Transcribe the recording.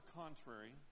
contrary